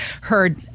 heard